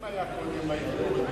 אם היה קודם והייתם מורידים,